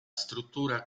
struttura